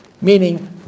Meaning